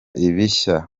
ibishya